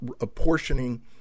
apportioning